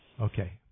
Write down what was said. Okay